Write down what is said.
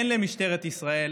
אין למשטרת ישראל,